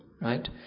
Right